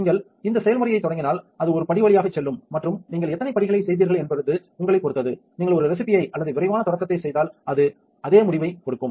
நீங்கள் இந்த செயல்முறையைத் தொடங்கினால் அது ஒரு படி வழியாகச் செல்லும் மற்றும் நீங்கள் எத்தனை படிகளைச் செய்தீர்கள் என்பது உங்களைப்பொறுத்தது நீங்கள் ஒரு ரெஸிப்பியை அல்லது விரைவான தொடக்கத்தைச் செய்தால் அது அதே முடிவையே கொடுக்கும்